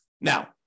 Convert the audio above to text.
Now